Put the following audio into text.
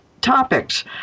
topics